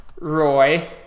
Roy